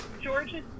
George's